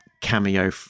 cameo